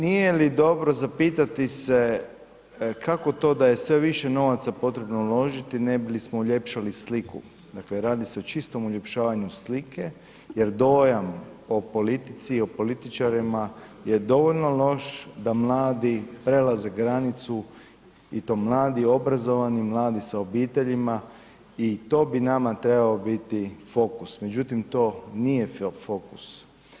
Nije li dobro zapitati se, kako to da je sve više novaca potrebno uložiti ne bi li smo uljepšali sliku, dakle radi se o čistom uljepšavanju slike jer dojam o politici i političarima je dovoljno loš da mladi prelaze granicu i to mladi, obrazovani, mladi sa obiteljima i to bi nama trebao biti fokus, međutim to nije fokus.